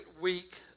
week